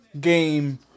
game